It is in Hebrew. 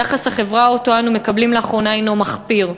יחס החברה שאנו מקבלים לאחרונה הנו מחפיר.